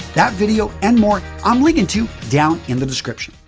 that video and more, i'm linking to down in the description.